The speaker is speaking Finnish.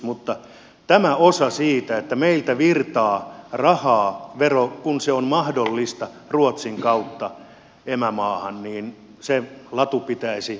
mutta tämä osa siitä että meiltä virtaa rahaa kun se on mahdollista ruotsin kautta emämaahan se latu pitäisi sulkea